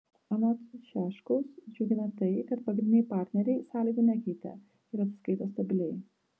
anot šiaškaus džiugina tai kad pagrindiniai partneriai sąlygų nekeitė ir atsiskaito stabiliai